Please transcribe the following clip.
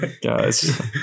Guys